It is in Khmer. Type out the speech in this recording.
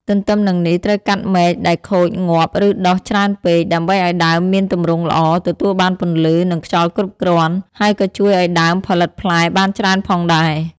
ទន្ទឹមនឹងនេះ ត្រូវកាត់មែកដែលខូច ងាប់ ឬដុះច្រើនពេក ដើម្បីឱ្យដើមមានទម្រង់ល្អ ទទួលបានពន្លឺ និងខ្យល់គ្រប់គ្រាន់ ហើយក៏ជួយឱ្យដើមផលិតផ្លែបានច្រើនផងដែរ។